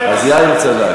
לא אמרתי, אז יאיר צדק.